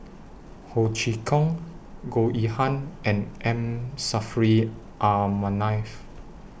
Ho Chee Kong Goh Yihan and M Saffri A Manaf